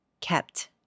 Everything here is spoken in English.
kept